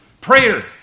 Prayer